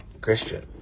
Christian